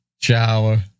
shower